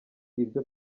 ibyo